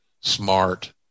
smart